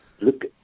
Look